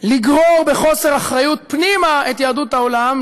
לגרור בחוסר אחריות פנימה את יהדות העולם,